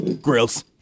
grills